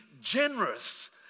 generous